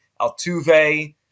Altuve